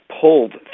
pulled